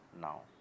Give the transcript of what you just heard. now